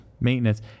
maintenance